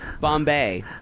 Bombay